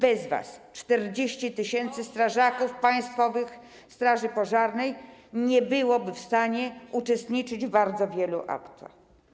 Bez was 40 tys. strażaków Państwowej Straży Pożarnej nie byłoby w stanie uczestniczyć w bardzo wielu akcjach.